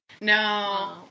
No